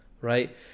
Right